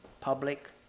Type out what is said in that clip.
public